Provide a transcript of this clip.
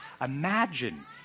Imagine